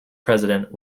president